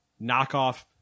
knockoff